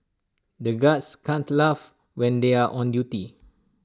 the guards can't laugh when they are on duty